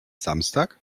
samstag